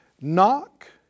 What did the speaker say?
knock